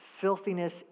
filthiness